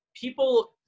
people